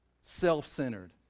self-centered